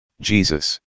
Jesus